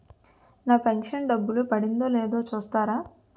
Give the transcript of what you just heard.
నా pension డబ్బులు పడిందో లేదో చూస్తారా?